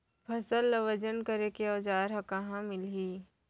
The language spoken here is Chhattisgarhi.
फसल ला वजन करे के औज़ार हा कहाँ मिलही?